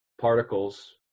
particles